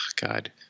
God